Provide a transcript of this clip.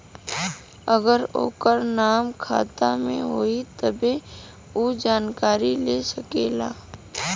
अगर ओकर नाम खाता मे होई तब्बे ऊ जानकारी ले सकेला